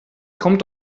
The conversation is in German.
kommt